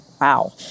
wow